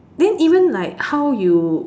then even like how you